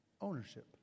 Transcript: Ownership